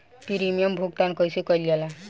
Premium भुगतान कइसे कइल जाला?